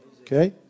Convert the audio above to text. okay